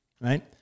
right